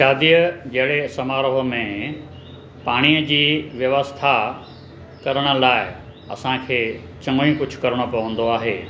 शादीअ जहिड़े समारोह में पाणीअ जी व्यवसथा करण लाइ असांखे चङो ई कुझु करिणो पवंदो आहे